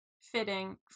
fitting